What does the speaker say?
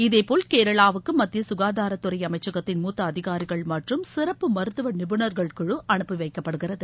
இதேபோல் கேரளாவுக்கு மத்திய ககாதாரத்துறை அமைச்சகத்தின் மூத்த அதிகாரிகள் மற்றும் சிறப்பு மருத்துவ நிபுணர்கள் குழு அனுப்பிவைக்கப்படுகிறது